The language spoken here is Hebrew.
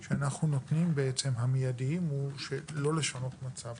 המידיים שאנחנו נותנים הוא לשנות את המצב.